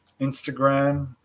Instagram